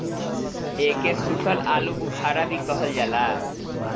एके सुखल आलूबुखारा भी कहल जाला